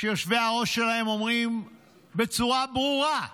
שיושבי הראש שלהן אומרים בצורה ברורה: